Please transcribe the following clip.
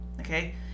Okay